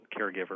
caregiver